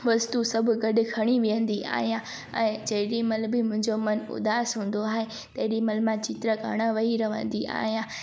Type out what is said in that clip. वस्तू सभु गॾु खणी वेहंदी आहियां ऐं जेॾीमहिल बि मुंजो मनु उदास हूंदो आहे तेॾीमहिल मां चिट करणु वेही रहंदी आहियां